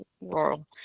world